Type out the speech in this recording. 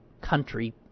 country